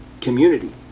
community